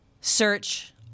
search